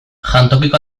jantokiko